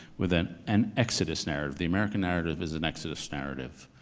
with an an exodus narrative. the american narrative is an exodus narrative.